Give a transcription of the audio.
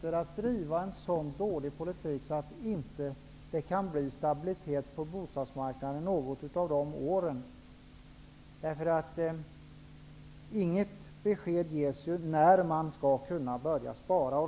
Har ni tänkt driva en så dålig politik att det inte kommer att bli stabilitet på bostadsmarknaden under något av de åren? Det ges inget besked om när man skall kunna börja spara.